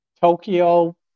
Tokyo